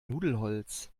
nudelholz